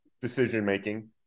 decision-making